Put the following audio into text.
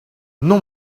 non